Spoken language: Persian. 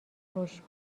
رشد